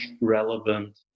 relevant